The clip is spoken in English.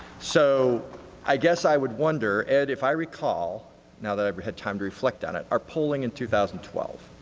so i guess i would wonder, ed, if i recall now that i've had time to reflect on it, our polling in two thousand and twelve.